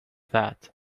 that